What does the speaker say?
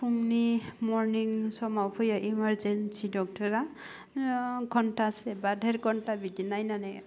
फुंनि मरनिं समाव फैयो इमारजेन्सि डक्टरा ओह घन्टासेबा देर घन्टा बिदि नायनानै